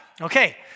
Okay